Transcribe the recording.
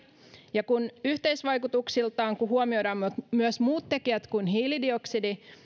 ja yhteisvaikutuksiltaan kun huomioidaan myös muut tekijät kuin hiilidioksidi